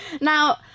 Now